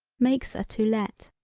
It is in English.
makes a to let.